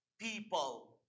People